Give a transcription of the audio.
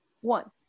one